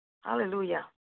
Hallelujah